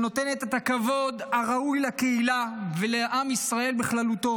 שנותנת את הכבוד הראוי לקהילה ולעם ישראל בכללותו